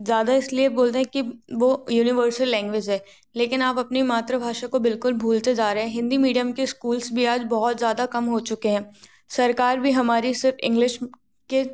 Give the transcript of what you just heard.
ज़्यादा इसलिए बोलते हैं कि वह यूनिवर्सल लैंग्वेज है लेकिन आप अपनी मातृभाषा को बिल्कुल भूलते जा रहे हैं हिन्दी मीडियम के स्कूल्स भी आज बहुत ज़्यादा कम हो चुके हैं सरकार भी हमारी सिर्फ इंग्लिश के